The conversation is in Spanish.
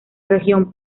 región